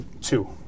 two